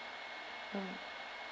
mm